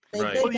Right